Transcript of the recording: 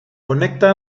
conecta